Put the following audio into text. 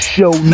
Show